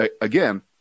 again